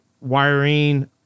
wiring